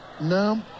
No